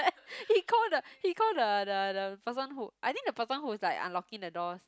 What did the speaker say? he call the he call the the the person who I think the person whose like unlocking the doors